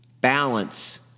balance